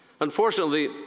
Unfortunately